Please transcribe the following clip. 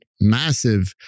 massive